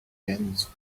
dense